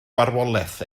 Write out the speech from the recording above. farwolaeth